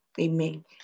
amen